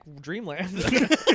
dreamland